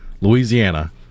Louisiana